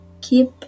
keep